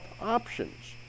options